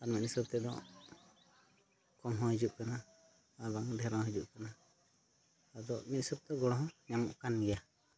ᱟᱨ ᱢᱤᱫ ᱦᱤᱥᱟᱹᱵᱽᱛᱮᱫᱚ ᱠᱚᱢᱦᱚᱸ ᱦᱤᱡᱩᱜ ᱠᱟᱱᱟ ᱟᱨ ᱵᱟᱝ ᱰᱷᱮᱨᱦᱚᱸ ᱦᱤᱡᱩᱜ ᱠᱟᱱᱟ ᱟᱫᱚ ᱢᱤᱫ ᱦᱤᱥᱟᱹᱵᱽᱛᱮᱫᱚ ᱜᱚᱲᱚ ᱦᱚᱸ ᱧᱟᱢᱚᱜᱠᱟᱱ ᱜᱮᱭᱟ